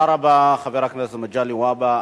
תודה רבה, חבר הכנסת מגלי והבה.